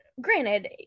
granted